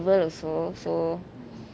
we'll also so